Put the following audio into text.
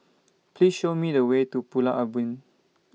Please Show Me The Way to Pulau Ubin